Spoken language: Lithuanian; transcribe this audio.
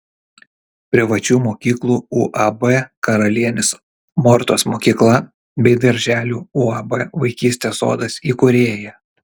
privačių mokyklų uab karalienės mortos mokykla bei darželių uab vaikystės sodas įkūrėja